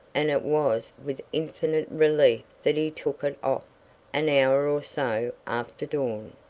and it was with infinite relief that he took it off an hour or so after dawn.